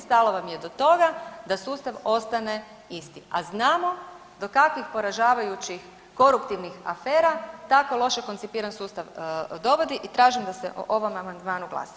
Stalo vam je do toga da sustav ostane isti, a znamo do kakvih poražavajućih koruptivnih afera tako loše koncipiran sustav dovodi i tražim da se o ovom amandmanu glasu.